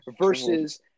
versus